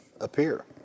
appear